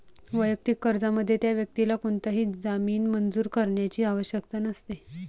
वैयक्तिक कर्जामध्ये, त्या व्यक्तीला कोणताही जामीन मंजूर करण्याची आवश्यकता नसते